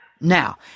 Now